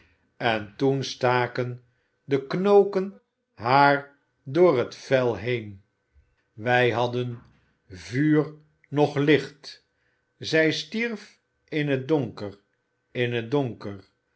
en toen staken de knokken haar door het vel heen wij hadden vuur noch licht zij stierf in t donker in t donker